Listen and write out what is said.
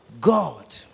God